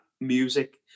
music